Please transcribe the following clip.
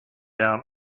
down